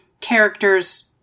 character's